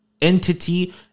entity